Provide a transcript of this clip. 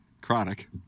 Chronic